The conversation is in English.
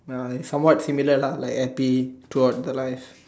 ya it's somewhat similar lah like happy toward the lies